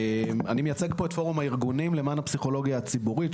אני מייצג פה את פורום הארגונים למען הפסיכולוגיה הציבורית,